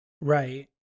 Right